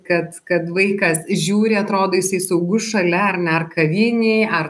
kad kad vaikas žiūri atrodo jisai saugus šalia ar ne ar kavinėj ar